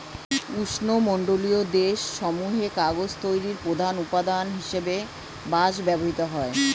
উষ্ণমণ্ডলীয় দেশ সমূহে কাগজ তৈরির প্রধান উপাদান হিসেবে বাঁশ ব্যবহৃত হয়